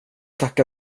tacka